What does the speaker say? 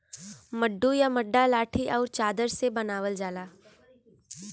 मड्डू या मड्डा लाठी आउर चादर से बनावल जाला